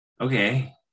Okay